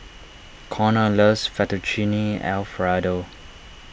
Connor loves Fettuccine Alfredo